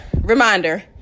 reminder